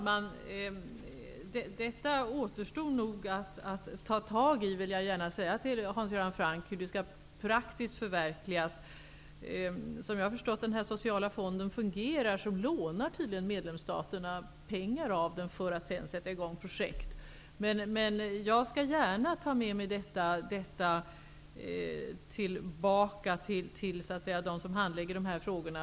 Herr talman! Det återstår att ta tag i hur det skall förverkligas praktiskt. Som jag förstår det lånar tydligen medlemsstaterna pengar ur den sociala fonden för att sedan sätta i gång projekt. Jag skall gärna ta med mig detta tillbaka till dem som handlägger dessa frågor.